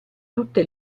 tutte